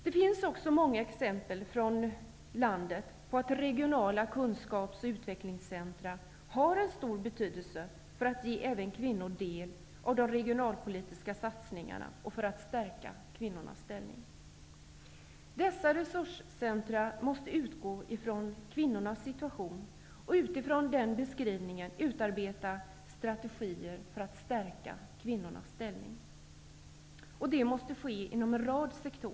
Det finns många exempel ute i landet på att regionala kunskaps och utvecklingscentrum har en stor betydelse när det gäller att även kvinnor får del av de regionalpolitiska satsningarna och att stärka kvinnornas ställning. Beträffande dessa resurscentrum måste man utgå från kvinnornas situation. Utifrån den beskrivningen får man sedan utarbeta strategier för att stärka kvinnornas ställning. Detta måste ske inom en rad sektorer.